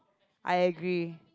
I agree